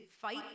fight